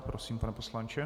Prosím, pane poslanče.